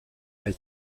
elle